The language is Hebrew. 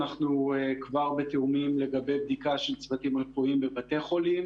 אנחנו כבר בתיאומים לגבי בדיקה של צוותים רפואיים בבתי חולים.